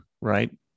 right